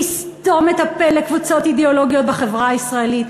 לסתום את הפה לקבוצות אידיאולוגיות בחברה הישראלית,